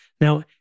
Now